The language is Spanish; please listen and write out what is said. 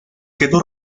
quedó